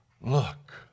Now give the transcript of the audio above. look